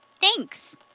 Thanks